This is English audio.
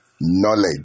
knowledge